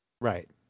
Right